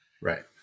Right